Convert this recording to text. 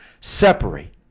separate